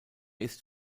ist